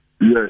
Yes